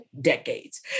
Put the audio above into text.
decades